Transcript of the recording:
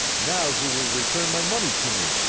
now who will return my money to me?